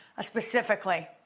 specifically